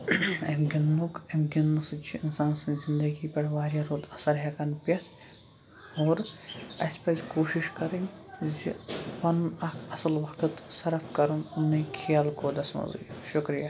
اَمہِ گِنٛدنُک اَمہِ گِنٛدنہٕ سۭتۍ چھُ اِنسان سٕنٛز زندگی پٮ۪ٹھ واریاہ رُت اَثر ہٮ۪کان پٮ۪تھ اور اَسہِ پَزِ کوٗشِش کَرٕنۍ زِ پَنُن اَکھ اَصٕل وقت صرف کَرُن أمنٕے کھیل کوٗدَس منٛزٕے شُکریہ